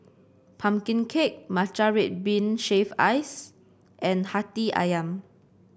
pumpkin cake Matcha Red Bean Shaved Ice and Hati ayam